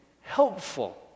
helpful